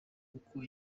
uko